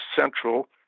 central